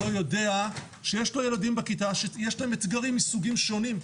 שלא יודע שיש לו ילדים בכיתה שיש להם אתגרים מסוגים שונים,